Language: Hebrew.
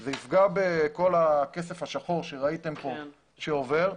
זה יפגע בכל הכסף השחור שראיתם שעובר כאן,